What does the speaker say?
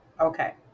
Okay